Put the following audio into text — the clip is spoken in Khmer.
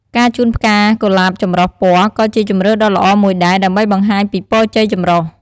ការជូនផ្កាកុលាបចម្រុះពណ៌ក៏ជាជម្រើសដ៏ល្អមួយដែរ ដើម្បីបង្ហាញពីពរជ័យចម្រុះ។